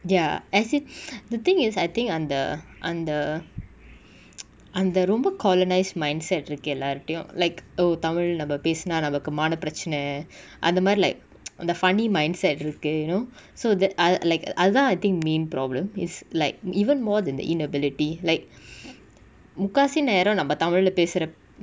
ya as it the thing is I think அந்த அந்த:antha antha அந்த ரொம்ப:antha romba colonised mindset இருக்கு எல்லார்ட்டயு:iruku ellartayu like oh tamil நம்ம பேசுனா நமக்கு மான பெரச்சன அந்தமாரி:namma pesuna namaku maana perachana anthamari like அந்த:antha funny mindset இருக்கே:iruke you know so the ah like அதா:atha I think main problem is like even more than the inability like முக்காவாசி நேரோ நம்ம:mukkaavasi nero namma tamil lah pesurap~